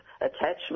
attachment